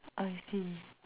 I see